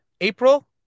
April